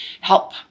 help